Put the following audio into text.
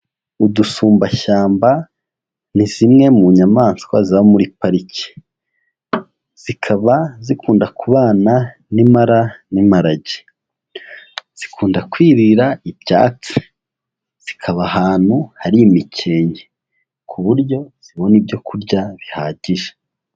Udusumbashyamba ni zimwe mu nyamaswa ziba muri pariki, zikaba zikunda kubana n'impara n'imparage, zikunda kwirira ibyatsi, zikaba ahantu hari imikenke, ku buryo zibona ibyo kurya bihagije.